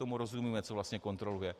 Tomu rozumíme, co vlastně kontroluje.